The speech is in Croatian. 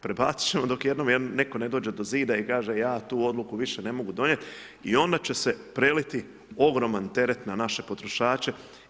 Prebacit ćemo dok jednom netko ne dođe do zida i kaže ja tu odluku više ne mogu donijeti i onda će se preliti ogroman teret na naše potrošače.